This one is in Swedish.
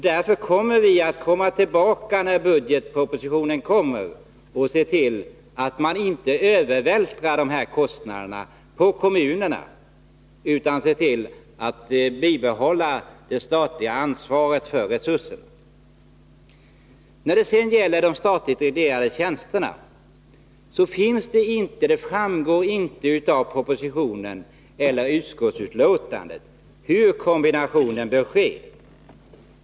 Därför skall vi komma tillbaka när budgetpropositionen läggs fram och se till att dessa kostnader inte övervältras på kommunerna utan att det statliga ansvaret för resurserna bibehålls. När det gäller de statligt reglerade tjänsterna framgår det inte av vare sig propositionen eller utskottsbetänkandet hur kombinationen bör ske.